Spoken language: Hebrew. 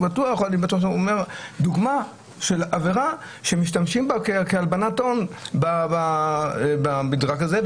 זאת דוגמה של עבירה שמשתמשים בה כעבירת הון במדרג הזה,